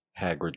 Hagrid